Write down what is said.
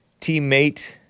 teammate